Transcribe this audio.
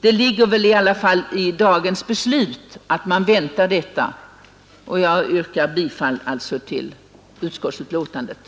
Det ligger i alla fall i dagens beslut att vi väntar detta, och jag yrkar alltså bifall till utskottets hemställan.